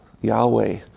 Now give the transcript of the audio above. Yahweh